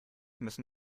müssen